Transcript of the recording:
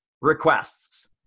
requests